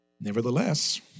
Nevertheless